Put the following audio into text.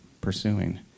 pursuing